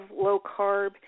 low-carb